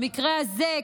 במקרה הזה,